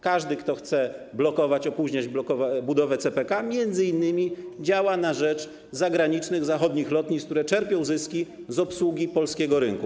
Każdy, kto chce blokować, opóźniać budowę CPK, m.in. działa na rzecz zagranicznych, zachodnich lotnisk, które czerpią zyski z obsługi polskiego rynku.